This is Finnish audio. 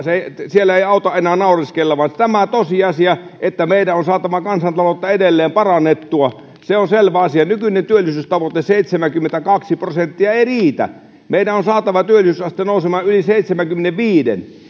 siellä ei auta enää naureskella vaan on tosiasia että meidän on saatava kansantaloutta edelleen parannettua se on selvä asia nykyinen työllisyystavoite seitsemänkymmentäkaksi prosenttia ei riitä meidän on saatava työllisyysaste nousemaan yli seitsemänkymmenenviiden